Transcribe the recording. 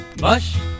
Mush